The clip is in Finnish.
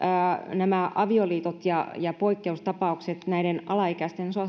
nämä avioliitot ja ja poikkeustapaukset alaikäisten